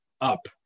up